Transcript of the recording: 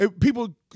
People